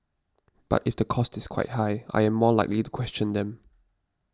but if the cost is quite high I am more likely to question them